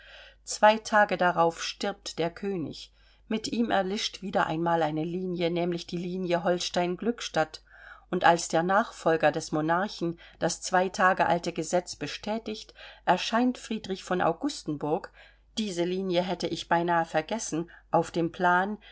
zwei tage darauf stirbt der könig mit ihm erlischt wieder einmal eine linie nämlich die linie holstein glückstadt und als der nachfolger des monarchen das zwei tage alte gesetz bestätigt erscheint friedrich von augustenburg diese linie hätte ich beinahe vergessen auf dem plan